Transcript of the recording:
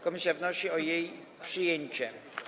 Komisja wnosi o jej przyjęcie.